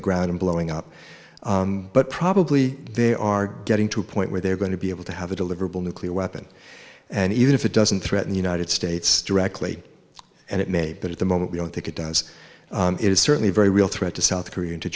the ground and blowing up but probably they are getting to a point where they're going to be able to have a deliverable nuclear weapon and even if it doesn't threaten the united states directly and it may but at the moment we don't think it does it is certainly very real threat to south korea